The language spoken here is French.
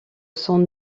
son